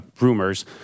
rumors